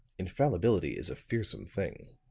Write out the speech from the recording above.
infallibility is a fearsome thing.